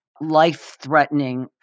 life-threatening